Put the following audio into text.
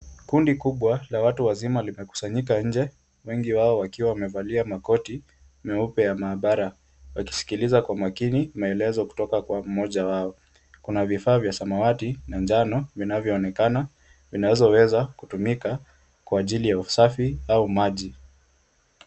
Kundi kubwa la watu wazima limekusanyika nje, wengi wao wakiwa wamevalia makoti meupe ya maabara wakisikiliza kwa makini maelezo kutoka kwa mmoja wao. Kuna vifaa vya samawati na njano vinavyoonekana vinazoweza Kutumika kwa ajili ya usafi au maji.